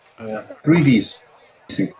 3D's